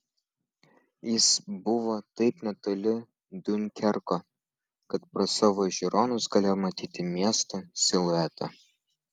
jis buvo taip netoli diunkerko kad pro savo žiūronus galėjo matyti miesto siluetą